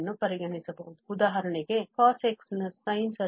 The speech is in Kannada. ಉದಾಹರಣೆಗೆ cos x ನ sine ಸರಣಿ